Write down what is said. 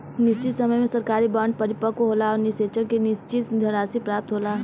निशचित समय में सरकारी बॉन्ड परिपक्व होला पर निबेसक के निसचित धनराशि प्राप्त होला